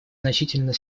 значительно